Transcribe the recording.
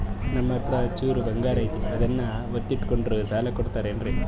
ನಮ್ಮಹತ್ರ ಚೂರು ಬಂಗಾರ ಐತಿ ಅದನ್ನ ಒತ್ತಿ ಇಟ್ಕೊಂಡು ಸಾಲ ಕೊಡ್ತಿರೇನ್ರಿ?